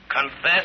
Confess